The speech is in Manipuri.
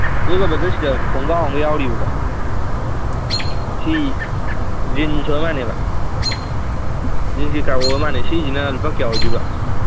ꯑꯗꯨꯒ ꯕ꯭ꯔꯗꯔ ꯁꯤꯗ ꯈꯣꯡꯒꯥꯎ ꯑꯃꯒ ꯌꯥꯎꯔꯤꯕꯀꯣ ꯁꯤ ꯖꯤꯟꯁ ꯑꯣꯏꯔ ꯃꯥꯜꯂꯦꯕ ꯖꯤꯟꯁꯀꯤ ꯀꯥꯔꯒꯣ ꯑꯣꯏꯔ ꯃꯥꯜꯂꯦ ꯁꯤꯁꯤꯅ ꯂꯨꯄꯥ ꯀꯌꯥ ꯑꯣꯏꯗꯣꯏꯕ